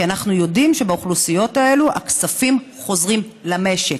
כי אנחנו יודעים שבאוכלוסיות האלה הכספים חוזרים למשק.